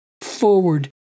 forward